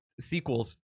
sequels